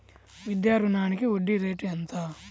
విద్యా రుణానికి వడ్డీ రేటు ఎంత?